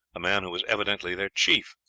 a man who was evidently their chief.